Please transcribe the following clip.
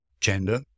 gender